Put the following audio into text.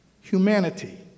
humanity